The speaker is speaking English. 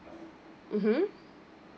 mmhmm